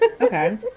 Okay